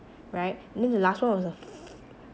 right then the last one was f~